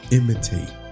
imitate